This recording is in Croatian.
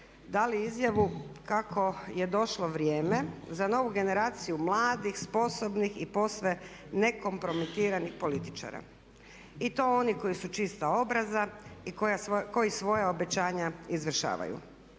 dali izjavu kako je došlo vrijeme za novu generaciju mladih, sposobnih i posve nekompromitiranih političara i to onih koji su čista obraza i koji svoja obećanja izvršavaju.